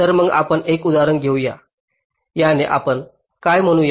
तर मग आपण एक उदाहरण घेऊ या याने आपण काय म्हणू या